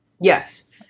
Yes